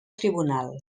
tribunal